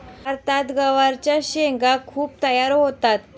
भारतात गवारच्या शेंगा खूप तयार होतात